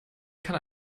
kann